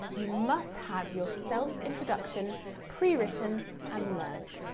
you must have your self introduction pre-written and learnt.